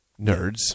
nerds